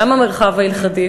גם במרחב ההלכתי,